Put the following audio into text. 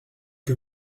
que